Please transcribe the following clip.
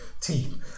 team